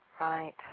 Right